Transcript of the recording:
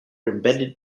embedded